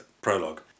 prologue